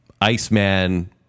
Iceman